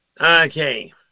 Okay